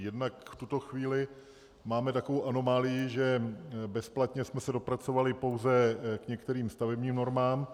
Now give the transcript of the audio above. Jednak v tuto chvíli máme takovou anomálii, že bezplatně jsme se dopracovali pouze k některým stavebním normám.